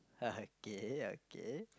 okay okay